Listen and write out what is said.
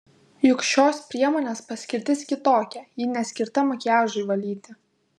juk šios priemonės paskirtis kitokia ji neskirta makiažui valyti